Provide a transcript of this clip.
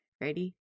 Ready